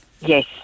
Yes